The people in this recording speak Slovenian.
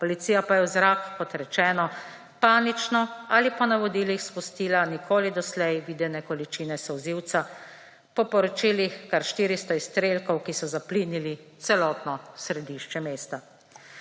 policija pa je v zrak, kot rečeno, panično ali po navodilih spustila nikoli doslej videne količine solzivca, po poročilih kar 400 izstrelkov, ki so zaplinili celotno središče mesta.